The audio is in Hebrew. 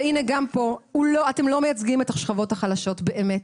והנה גם פה אתם לא מייצגים את השכבות החלשות באמת,